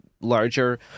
larger